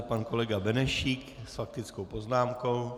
Pan kolega Benešík s faktickou poznámkou.